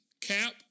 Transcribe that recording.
Cap